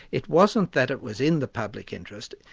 it wasn't that it was in the public interest,